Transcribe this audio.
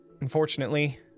unfortunately